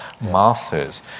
masses